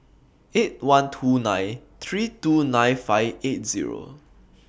eight one two nine three two nine five eight Zero